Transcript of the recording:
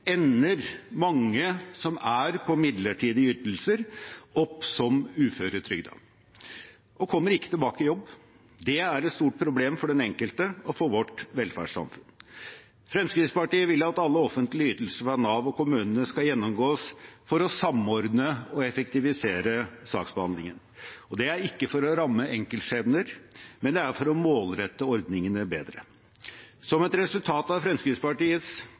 ender mange som er på midlertidige ytelser, opp som uføretrygdet og kommer ikke tilbake i jobb. Det er et stort problem for den enkelte og for vårt velferdssamfunn. Fremskrittspartiet vil at alle offentlige ytelser fra Nav og kommunene skal gjennomgås for å samordne og effektivisere saksbehandlingen. Det er ikke for å ramme enkeltskjebner, men for å målrette ordningene bedre. Som et resultat av Fremskrittspartiets